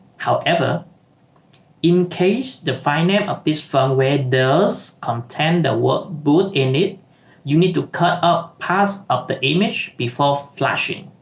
however in case the final of this firmware does contain the work boot in it you need to cut up pass of the image before flashing